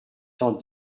cent